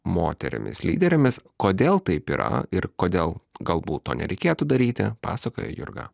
moterimis lyderėmis kodėl taip yra ir kodėl galbūt to nereikėtų daryti pasakoja jurga